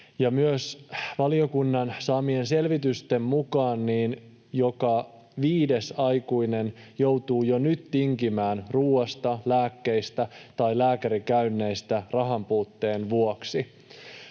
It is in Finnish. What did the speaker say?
ja valiokunnan saamien selvitysten mukaan joka viides aikuinen joutuu jo nyt tinkimään ruuasta, lääkkeistä tai lääkärikäynneistä rahanpuutteen vuoksi.